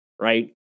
right